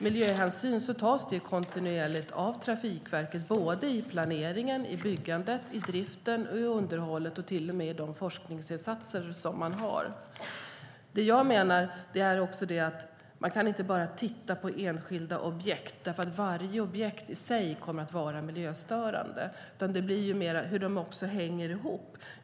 Miljöhänsyn tas kontinuerligt av Trafikverket i planering, byggande, drift och underhåll liksom i de forskningsinsatser man gör. Man kan inte bara titta på enskilda objekt. Varje objekt i sig kommer att vara miljöstörande. I stället ska man se till hur de hänger ihop.